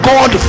God